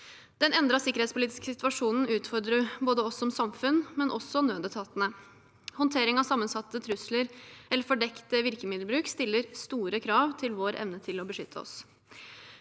Den endrede sikkerhetspolitiske situasjonen utfordrer oss som samfunn, men også nødetatene. Håndteringen av sammensatte trusler eller fordekt virkemiddelbruk stiller store krav til vår evne til å beskytte oss.